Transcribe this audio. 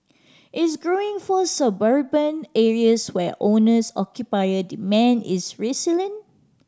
is growing for suburban areas where owners occupier demand is resilient